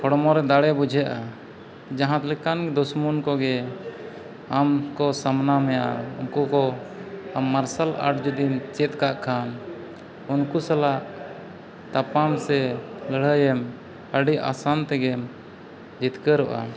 ᱦᱚᱲᱢᱚ ᱨᱮ ᱫᱟᱲᱮ ᱵᱩᱡᱷᱟᱹᱜᱼᱟ ᱡᱟᱦᱟᱸ ᱞᱮᱠᱟᱱ ᱫᱩᱥᱢᱚᱱ ᱠᱚᱜᱮ ᱟᱢᱠᱚ ᱥᱟᱢᱱᱟ ᱢᱮᱭᱟ ᱩᱱᱠᱩ ᱠᱚ ᱟᱢ ᱢᱟᱨᱥᱟᱞ ᱟᱴ ᱡᱩᱫᱤᱢ ᱪᱮᱫ ᱠᱟᱜ ᱠᱷᱟᱱ ᱩᱱᱠᱩ ᱥᱟᱞᱟᱜ ᱛᱟᱯᱟᱢ ᱥᱮ ᱞᱟᱹᱲᱦᱟᱹᱭᱮᱢ ᱟᱹᱰᱤ ᱟᱥᱟᱱ ᱛᱮᱜᱮᱢ ᱡᱤᱛᱠᱟᱹᱨᱚᱜᱼᱟ